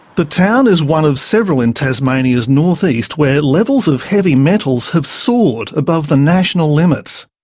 the town is one of several in tasmania's north-east where levels of heavy metals have soared above the national limits.